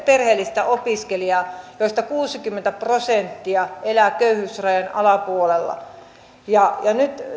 perheellistä opiskelijaa joista kuusikymmentä prosenttia elää köyhyysrajan alapuolella nyt